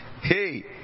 Hey